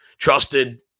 trusted